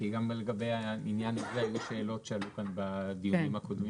כי גם לגבי העניין הזה היו שאלות שעלו כאן בדיונים הקודמים.